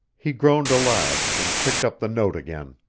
he groaned aloud, and picked up the note again.